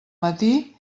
matí